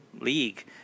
league